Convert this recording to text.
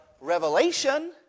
revelation